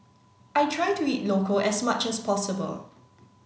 I try to eat local as much as possible